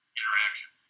interaction